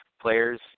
players